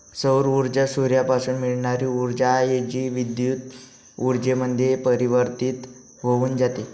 सौर ऊर्जा सूर्यापासून मिळणारी ऊर्जा आहे, जी विद्युत ऊर्जेमध्ये परिवर्तित होऊन जाते